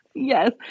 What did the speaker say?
Yes